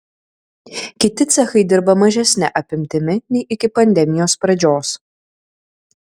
kiti cechai dirba mažesne apimtimi nei iki pandemijos pradžios